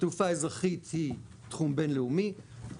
התעופה האזרחית היא תחום בינלאומי,